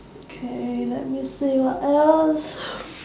K let me see what else